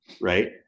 right